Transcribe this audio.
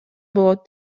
болот